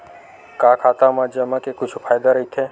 का खाता मा जमा के कुछु फ़ायदा राइथे?